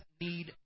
need